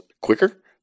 quicker